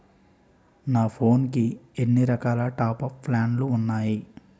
నా ఫోన్ కి ఎన్ని రకాల టాప్ అప్ ప్లాన్లు ఉన్నాయి?